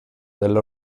della